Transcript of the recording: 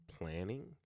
planning